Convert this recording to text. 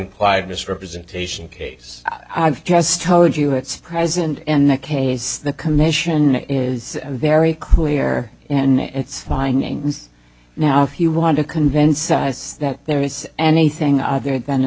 implied misrepresentation case i've just told you it's present in the case the commission is very clear and its findings now if you want to convince us that there is anything other than a